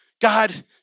God